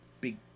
big